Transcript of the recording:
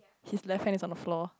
he's left hand is on the floor